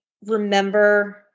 remember